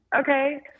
Okay